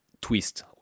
twist